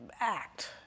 act